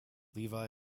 levi